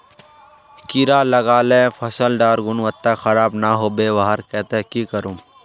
कीड़ा लगाले फसल डार गुणवत्ता खराब ना होबे वहार केते की करूम?